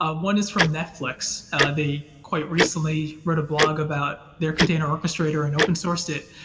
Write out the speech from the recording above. ah one is from netflix. ah they quite recently wrote a blog about their container orchestrator and open sourced it,